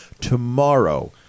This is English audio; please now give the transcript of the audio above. tomorrow